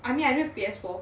I mean I love P_S four